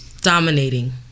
dominating